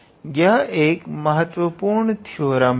यह एक महत्वपूर्ण थ्योरम है